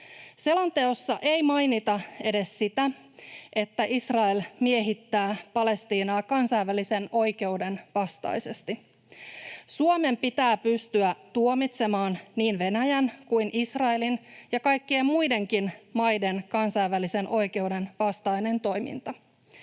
Selonteossa ei mainita edes sitä, että Israel miehittää Palestiinaa kansainvälisen oikeuden vastaisesti. Suomen pitää pystyä tuomitsemaan niin Venäjän kuin Israelin ja kaikkien muidenkin maiden kansainvälisen oikeuden vastainen toiminta.